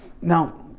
Now